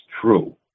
true